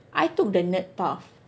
I took the nerd path